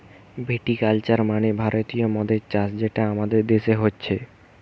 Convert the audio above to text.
ভিটি culture মানে ভারতীয় মদের চাষ যেটা আমাদের দেশে হচ্ছে